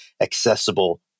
accessible